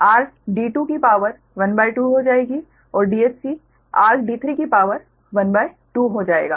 Dsb r d2 की शक्ति ½ हो जाएगी और Dsc r d3 की शक्ति ½ हो जाएगा